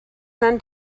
son